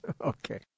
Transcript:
Okay